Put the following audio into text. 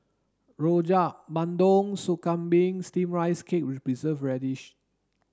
Rojak Bandung Soup Kambing steamed rice cake with preserved radish